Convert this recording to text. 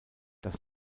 das